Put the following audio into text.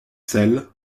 sel